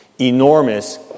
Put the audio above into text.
enormous